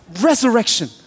resurrection